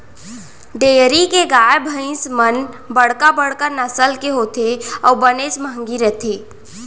dairy के गाय भईंस मन बड़का बड़का नसल के होथे अउ बनेच महंगी रथें